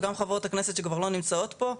וגם חברות הכנסת שכבר לא נמצאות פה,